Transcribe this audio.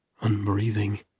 unbreathing